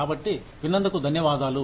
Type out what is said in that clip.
కాబట్టి విన్నందుకు ధన్యవాదాలు